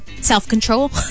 Self-control